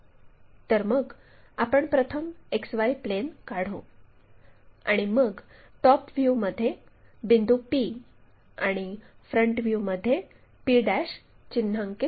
तर मग आपण प्रथम XY प्लेन काढू आणि मग टॉप व्ह्यूमध्ये बिंदू p आणि फ्रंट व्ह्यूमध्ये p चिन्हांकित करू